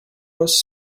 was